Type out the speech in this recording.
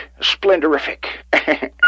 splendorific